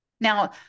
Now